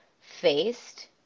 faced